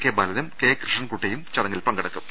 K ബാലനും K കൃഷ്ണൻകുട്ടിയും ചടങ്ങിൽ പങ്കെടുക്കും